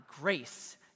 grace